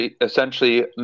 essentially